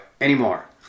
anymore